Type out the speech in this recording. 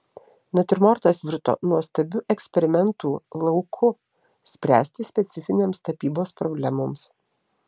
natiurmortas virto nuostabiu eksperimentų lauku spręsti specifinėms tapybos problemoms